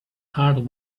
heart